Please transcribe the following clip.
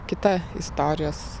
kita istorijos